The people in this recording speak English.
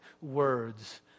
words